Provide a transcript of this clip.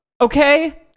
Okay